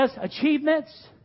achievements